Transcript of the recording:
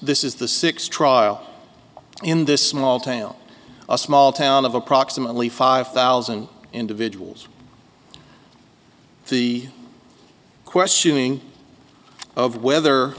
this is the six trial in this small tail a small town of approximately five thousand individuals the questioning of whether